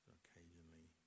occasionally